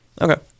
Okay